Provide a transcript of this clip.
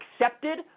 accepted